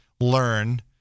learn